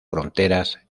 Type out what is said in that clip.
fronteras